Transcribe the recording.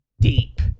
Deep